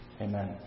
Amen